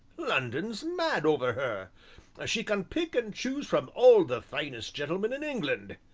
london's mad over her she can pick and choose from all the finest gentlemen in england.